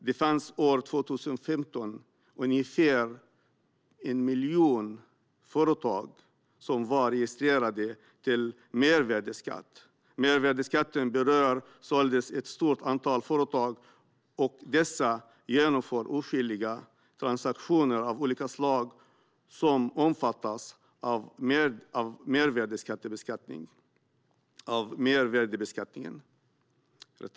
Det fanns år 2015 ungefär 1 miljon företag som var registrerade för mervärdesskatt. Mervärdesskatten berör således ett stort antal företag, och dessa genomför åtskilliga transaktioner av olika slag som omfattas av mervärdesbeskattningen.